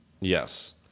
Yes